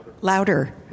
louder